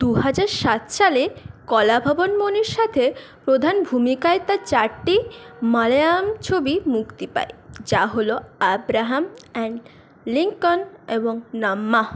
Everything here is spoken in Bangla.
দুহাজার সাত সালে কলাভবন মণির সাথে প্রধান ভূমিকায় তার চারটি মালয়াম ছবি মুক্তি পায় যা হলো আব্রাহাম অ্যান্ড লিঙ্কন এবং নাম্মাহ্